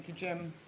jim.